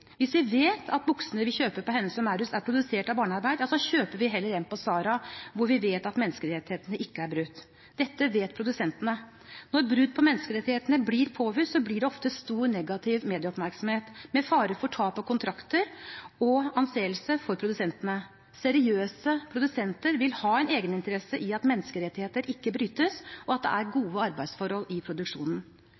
Hvis vi vet at buksene vi kjøper på Hennes & Mauritz, er produsert ved bruk av barnearbeid, så kjøper vi heller en på Zara hvor vi vet at menneskerettighetene ikke er brutt. Dette vet produsentene. Når brudd på menneskerettighetene blir påvist, blir det ofte stor negativ medieoppmerksomhet med fare for tap av kontrakter og anseelse for produsentene. Seriøse produsenter vil ha en egeninteresse i at menneskerettigheter ikke brytes, og at det er